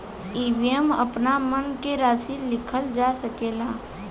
एईमे आपन मन से राशि लिखल जा सकेला